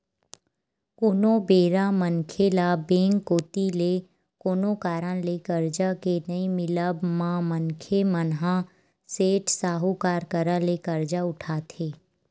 कोनो बेरा मनखे ल बेंक कोती ले कोनो कारन ले करजा के नइ मिलब म मनखे मन ह सेठ, साहूकार करा ले करजा उठाथे